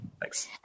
Thanks